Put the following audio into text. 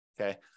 okay